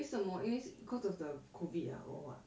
为什么因为是 because of the COVID ah or what